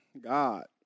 God